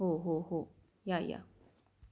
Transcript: हो हो हो या या